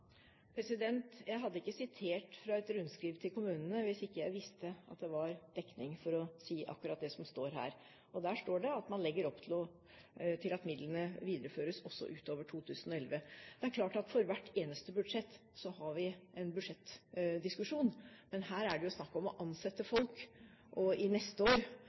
Jeg hadde ikke sitert fra et rundskriv til kommunene hvis ikke jeg visste at det var dekning for å si akkurat det som står her. Der står det at man legger opp til at midlene videreføres også utover 2011. Det er klart at for hvert eneste budsjett har vi en budsjettdiskusjon, men her er det jo snakk om å ansette folk neste år, og